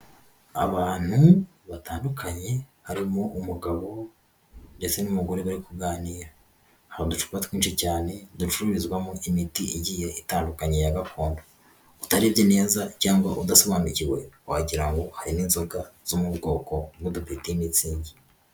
Abantu batandukanye, harimo umugabo ndetse n'umugore bari kuganira, hari uducupa twinshi cyane ducurumirizwamo imiti igiye itandukanye ya gakondo, utarebye neza cyangwa udasobanukiwe wagira ngo harimo inzoga zo mu bwoko bw'udupeti mitsingi.